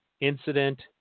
incident